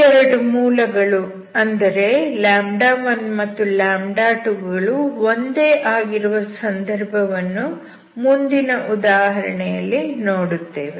ಈ ಎರಡು ಮೂಲಗಳು ಅಂದರೆ 1 ಮತ್ತು 2 ಒಂದೇ ಆಗಿರುವ ಸಂದರ್ಭವನ್ನು ಮುಂದಿನ ಉದಾಹರಣೆಯಲ್ಲಿ ನೋಡುತ್ತೇವೆ